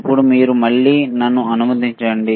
ఇప్పుడు మీరు మళ్ళీ నన్ను అనుమతించండి